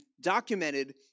documented